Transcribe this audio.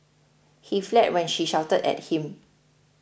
he fled when she shouted at him